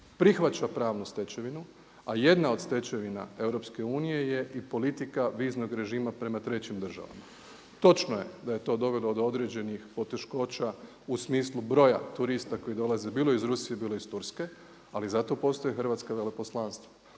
prihvaća pravnu stečevinu. A jedna od stečevina EU je i politika viznog režima prema trećim državama. Točno je da je to dovelo do određenih poteškoća u smislu broja turista koji dolaze bilo iz Rusije, bilo iz Turske, ali zato postoje hrvatska veleposlanstva,